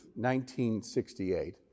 1968